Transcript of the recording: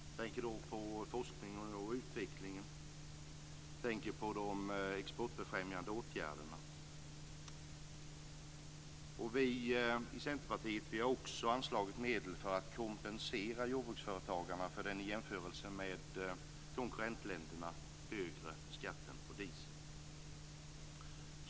Jag tänker då på forskning och utveckling och de exportbefrämjande åtgärderna. Vi i Centerpartiet har också anslagit medel för att kompensera jordbruksföretagarna för den i jämförelse med konkurrentländerna högre skatten på diesel.